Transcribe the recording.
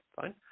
fine